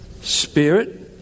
Spirit